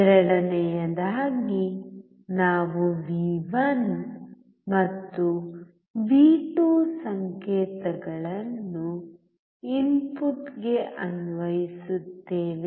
ಎರಡನೆಯದಾಗಿ ನಾವು V1 ಮತ್ತು V2 ಸಂಕೇತಗಳನ್ನು ಇನ್ಪುಟ್ಗೆ ಅನ್ವಯಿಸುತ್ತೇವೆ